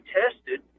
tested